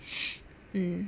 mm